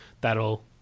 that'll